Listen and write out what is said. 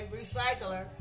recycler